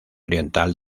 oriental